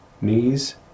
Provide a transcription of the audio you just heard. knees